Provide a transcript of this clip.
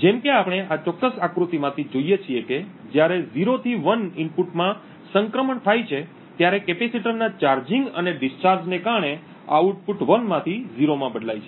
જેમ કે આપણે આ ચોક્કસ આકૃતિમાંથી જોઈએ છીએ કે જ્યારે 0 થી 1 ઇનપુટમાં સંક્રમણ થાય છે ત્યારે કેપેસિટરના ચાર્જિંગ અને ડિસ્ચાર્જને કારણે આઉટપુટ 1 માંથી 0 માં બદલાય છે